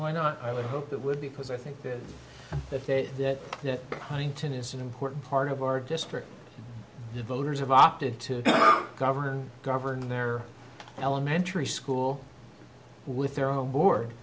why not i would hope that would because i think that if it that high intent is an important part of our district the voters have opted to govern govern their elementary school with their own board